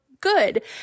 good